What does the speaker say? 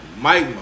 Mike